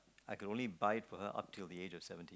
I could only buy for her up till the age of seventy